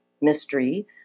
mystery